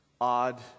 odd